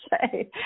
say